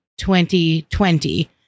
2020